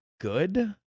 good